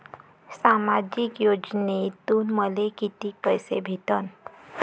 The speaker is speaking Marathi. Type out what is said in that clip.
सामाजिक योजनेतून मले कितीक पैसे भेटन?